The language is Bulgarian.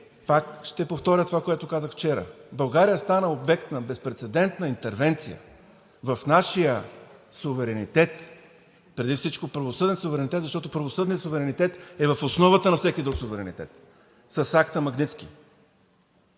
ще повторя това, което казах вчера, че България стана обект на безпрецедентна интервенция в нашия суверенитет, преди всичко правосъден суверенитет, защото правосъдният суверенитет е в основата на всеки друг суверенитет с акта „Магнитски“.